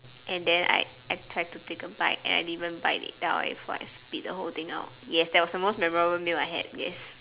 and then I I tried to take a bite and I didn't even bite it down before I spit the whole thing out yes that was the most memorable meal that I had yes